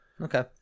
Okay